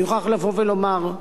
אני מוכרח לבוא ולומר,